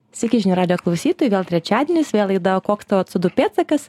sveiki žinių radijo klausytojai vėl trečiadienis vėl laida koks tavo co du pėdsakas